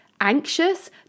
anxious